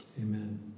Amen